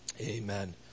Amen